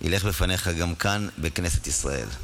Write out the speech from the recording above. ילך לפניך גם כאן, בכנסת ישראל.